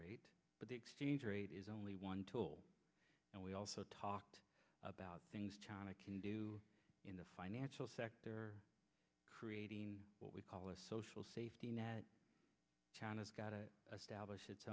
rate but the exchange rate is only one tool and we also talked about things china can do in the financial sector creating what we call a social safety net china's got it stablish its